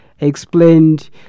explained